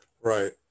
Right